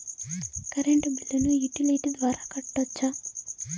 Current బిల్లును utility ద్వారా కట్టొచ్చా?